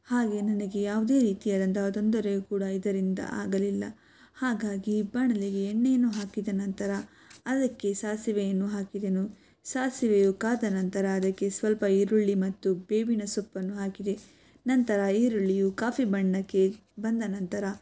ಹಾಗೆ ನನಗೆ ಯಾವುದೇ ರೀತಿಯಾದಂಥ ತೊಂದರೆಯೂ ಕೂಡ ಇದರಿಂದ ಆಗಲಿಲ್ಲ ಹಾಗಾಗಿ ಬಾಣಲೆಗೆ ಎಣ್ಣೆಯನ್ನು ಹಾಕಿದ ನಂತರ ಅದಕ್ಕೆ ಸಾಸಿವೆಯನ್ನು ಹಾಕಿದೆನು ಸಾಸಿವೆಯು ಕಾದ ನಂತರ ಅದಕ್ಕೆ ಸ್ವಲ್ಪ ಈರುಳ್ಳಿ ಮತ್ತು ಬೇವಿನ ಸೊಪ್ಪನ್ನು ಹಾಕಿದೆ ನಂತರ ಈರುಳ್ಳಿಯು ಕಾಫಿ ಬಣ್ಣಕ್ಕೆ ಬಂದ ನಂತರ